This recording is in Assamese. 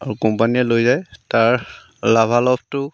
আৰু কোম্পানীয়ে লৈ যায় তাৰ লাভালভটো